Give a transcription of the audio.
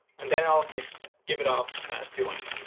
and now i'll give it off to mike.